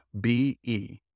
B-E